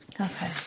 Okay